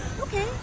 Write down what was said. okay